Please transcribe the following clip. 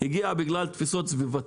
אלא הגיע בגלל תפיסות סביבתיות,